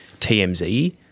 TMZ